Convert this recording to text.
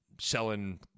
selling